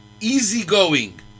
easygoing